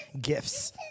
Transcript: gifts